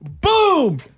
boom